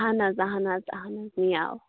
اَہَن حظ اَہَن حظ اَہن حظ نِیاو